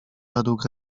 według